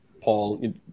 Paul